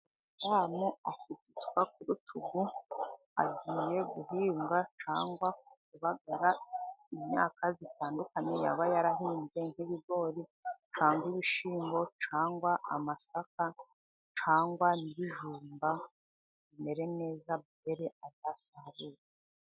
Umudamu akubise isuka ku rutugu agiye guhinga cyangwa kubagara imyaka zitandukanye, yaba yarahinze nk'ibigori cyangwa ibishyimbo cyangwa amasaka cyangwa ibijumba bimere neza byere azasarure.